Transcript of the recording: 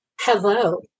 Hello